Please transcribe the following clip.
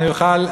שאני אוכל,